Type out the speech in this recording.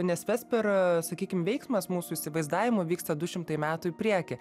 nes vesper sakykim veiksmas mūsų įsivaizdavimu vyksta du šimtai metų į priekį